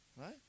Right